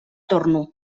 torno